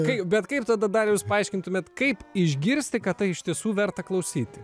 kai bet kaip tada daliau jūs paaiškintumėt kaip išgirsti kad tai iš tiesų verta klausyti